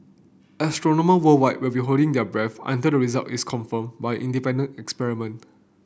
Astronomer worldwide will be holding their breath until the result is confirmed by an independent experiment